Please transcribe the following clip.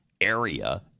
area